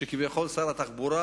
שכביכול שר התחבורה